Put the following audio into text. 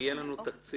ויהיה לנו תקציב.